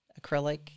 acrylic